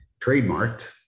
trademarked